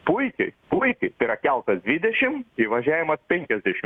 puikiai puikiai tai yra keltas dvidešimt įvažiavimą penkiasdešimt